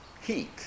heat